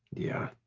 yeah.